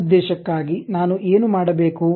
ಆ ಉದ್ದೇಶಕ್ಕಾಗಿ ನಾನು ಏನು ಮಾಡಬೇಕು